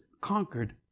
conquered